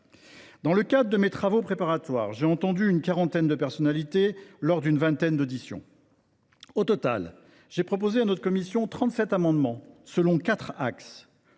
Dans le cadre de mes travaux préparatoires, j’ai entendu une quarantaine de personnalités, au cours d’une vingtaine d’auditions. Au total, j’ai proposé à notre commission 37 amendements, selon quatre axes